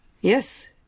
yes